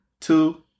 two